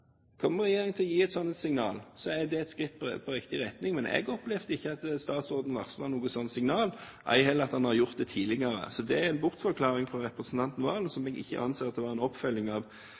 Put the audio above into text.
kommer regjeringen til å gi et slikt signal, er det et skritt i riktig retning. Men jeg opplevde ikke at statsråden varslet noe slikt signal, ei heller at han har gjort det tidligere. Så det er en bortforklaring fra representanten Serigstad Valen, som jeg ikke anser er en oppfølging av